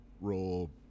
role